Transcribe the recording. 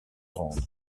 rendre